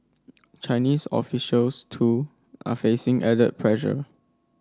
Chinese officials too are facing added pressure